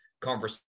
conversation